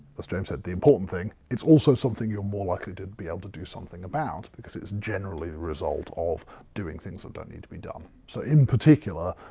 as james said, the important thing, it's also something you're more likely to be able to do something about. because it's generally the result of doing things that don't need to be done. so in particular,